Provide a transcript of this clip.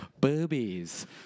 Boobies